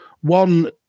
one